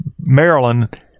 Maryland